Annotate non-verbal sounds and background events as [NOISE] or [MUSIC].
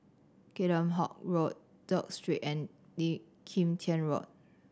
Kheam Hock Road Duke Street and [UNINTELLIGIBLE] Kim Tian Road